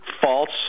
false